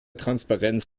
transparenz